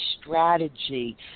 strategy